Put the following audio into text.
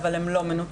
אבל הם לא מנותקים.